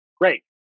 Great